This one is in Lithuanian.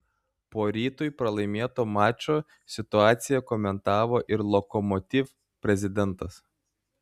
po rytui pralaimėto mačo situaciją komentavo ir lokomotiv prezidentas